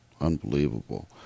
unbelievable